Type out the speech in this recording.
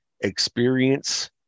experience